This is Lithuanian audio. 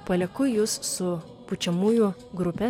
palieku jus su pučiamųjų grupe